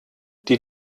die